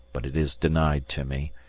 but it is denied to me,